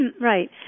right